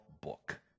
book